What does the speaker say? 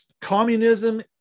communism